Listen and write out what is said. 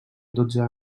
dotze